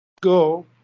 go